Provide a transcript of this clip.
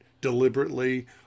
deliberately